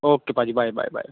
okay ਭਾਅ ਜੀ bye bye bye